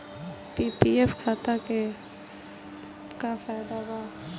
PPF खाता के का फायदा बा?